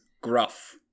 gruff